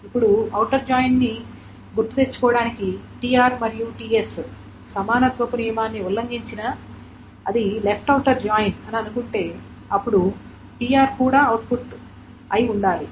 ఇప్పుడు ఔటర్ జాయిన్ను గుర్తుకు తెచ్చుకోవడానికి tr మరియు ts సమానత్వపు నియమాన్ని ఉల్లంఘించినా అది లెఫ్ట్ ఔటర్ జాయిన్ అని అనుకుంటే అప్పుడు tr కూడా అవుట్పుట్ అయి ఉండాలి